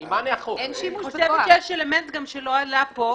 אני חושבת שיש אלמנט שלא עלה פה.